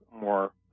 more